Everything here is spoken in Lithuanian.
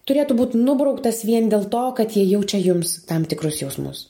turėtų būt nubrauktas vien dėl to kad jie jaučia jums tam tikrus jausmus